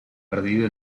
perdido